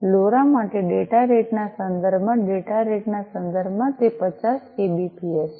LoRa માટે data rate ના સંદર્ભમાં ડેટા રેટ ના સંદર્ભમાં તે 50 કેબીપીએસ છે